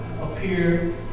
appear